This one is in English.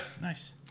Nice